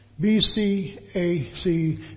B-C-A-C